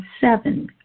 seven